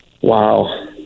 Wow